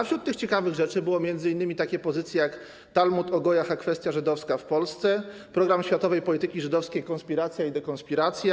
Wśród tych ciekawych rzeczy były m.in. takie pozycje, jak „Talmud o gojach a kwestia żydowska w Polsce”, „Program światowej polityki żydowskiej (konspiracja i dekonspiracja)